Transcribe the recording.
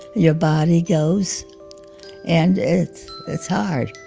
your body goes and it's it's hard.